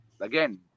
again